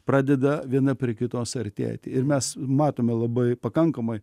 pradeda viena prie kitos artėti ir mes matome labai pakankamai